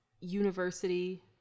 university